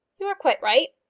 you are quite right,